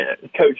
Coach